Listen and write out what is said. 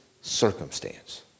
circumstance